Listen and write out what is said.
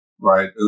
right